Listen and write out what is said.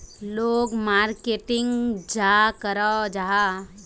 लोग मार्केटिंग चाँ करो जाहा?